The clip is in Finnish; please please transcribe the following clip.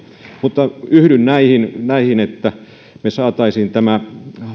mutta yhdyn näihin näihin että me saisimme tämän